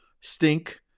stink